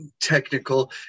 technical